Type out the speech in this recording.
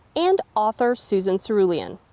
and author susan cerulean.